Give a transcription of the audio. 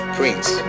Prince